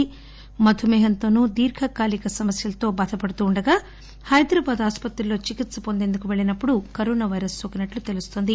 ఈ వ్యక్తి మధుమేహం తోనూ దీర్ఘకాలిక ఆరోగ్య సమస్యలతో బాధపడుతూ ఉండగా హైదరాబాద్ ఆసుపత్రిలో చికిత్ప వొందేందుకు పెళ్లినప్పుడు కరోనా పైరస్ నోకినట్టు తెలుస్తోంది